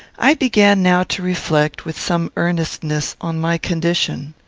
i began now to reflect, with some earnestness, on my condition.